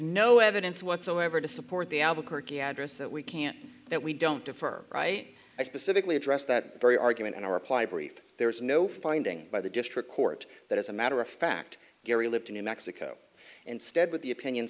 no evidence whatsoever to support the albuquerque address that we can't that we don't affirm i specifically addressed that very argument in a reply brief there is no finding by the district court that as a matter of fact gary lived in new mexico and stead with the opinion